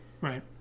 Right